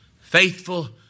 Faithful